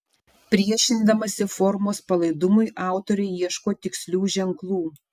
priešindamasi formos palaidumui autorė ieško tikslių ženklų